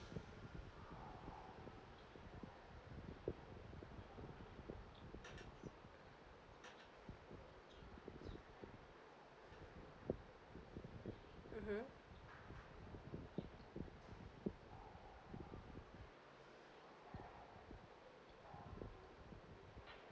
mmhmm